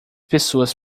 pessoas